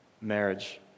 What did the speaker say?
marriage